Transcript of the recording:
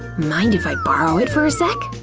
mind if i borrow it for a sec?